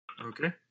Okay